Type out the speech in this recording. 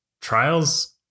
Trials